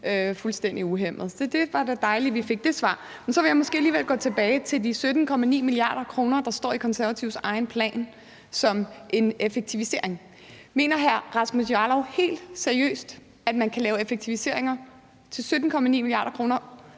fuldstændig uhæmmet. Så det var da dejligt, vi fik det svar. Så vil jeg måske alligevel gå tilbage til de 17,9 mia. kr., der står i Konservatives egen plan som en effektivisering. Mener hr. Rasmus Jarlov helt seriøst, at man kan lave effektiviseringer for 17,9 mia. kr. over